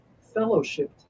fellowship